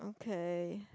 okay